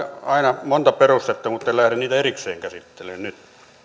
aika monta perustetta mutta en lähde niitä erikseen käsittelemään nyt